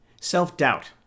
Self-doubt